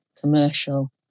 commercial